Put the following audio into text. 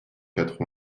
quatre